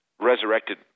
resurrected